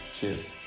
Cheers